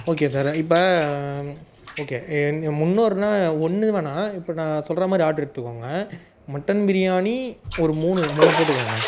okay sir இப்போ okay ஏ முன்னூறுனால் ஒன்று வேணாம் இப்போ நான் சொல்கிற மாதிரி ஆர்டரு எடுத்துக்கோங்க மட்டன் பிரியாணி ஒரு மூணு மூணு போட்டுக்கோங்க